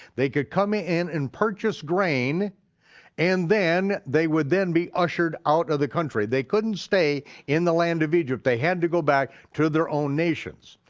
they could come in, and purchase grain and then they would then be ushered out of the country. they couldn't stay in the land of egypt, they had to go back to their own nations.